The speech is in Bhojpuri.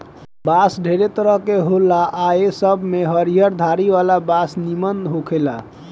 बांस ढेरे तरह के होला आ ए सब में हरियर धारी वाला बांस निमन होखेला